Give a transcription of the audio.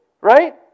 Right